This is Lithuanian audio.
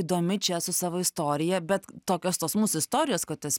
įdomi čia su savo istorija bet tokios tos mūsų istorijos kad jos